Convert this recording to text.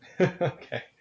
Okay